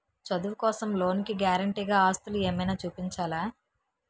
చదువు కోసం లోన్ కి గారంటే గా ఆస్తులు ఏమైనా చూపించాలా?